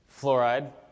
fluoride